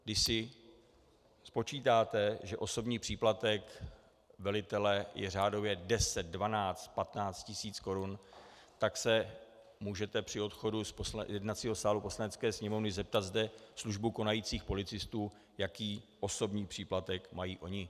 Když si spočítáte, že osobní příplatek velitele je řádově deset, dvanáct, patnáct tisíc korun, tak se můžete při odchodu z jednacího sálu Poslanecké sněmovny zeptat zde službu konajících policistů, jaký osobní příplatek mají oni.